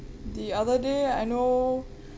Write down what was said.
the other day I know